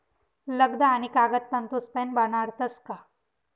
लगदा आणि कागद तंतूसपाईन बनाडतस का